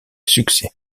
succès